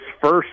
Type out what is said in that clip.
first